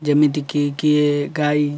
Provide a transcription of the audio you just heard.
ଯେମିତିକି କିଏ ଗାଈ